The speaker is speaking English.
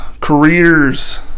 careers